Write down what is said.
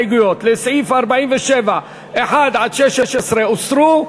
כל ההסתייגויות לסעיף 47(1) (16) הוסרו.